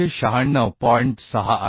6 आहे